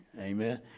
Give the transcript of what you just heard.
Amen